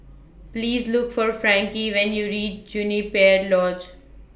Please Look For Frankie when YOU REACH Juniper Lodge